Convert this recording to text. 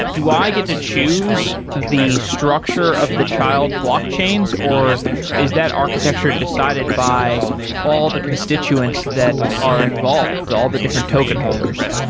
do i get to choose the structure of the child blockchains or is that architecture decided by all the constituents that are involved to all the different token holders?